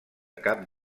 cap